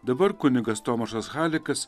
dabar kunigas tomašas halikas